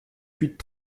huit